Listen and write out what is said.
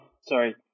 sorry